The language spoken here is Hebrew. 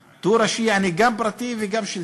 דו-ראשי, יעני גם פרטי וגם שלטוני.